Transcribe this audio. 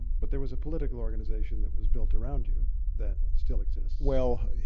but there was a political organization that was built around you that still exists. well,